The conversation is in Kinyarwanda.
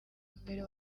mbere